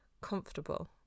comfortable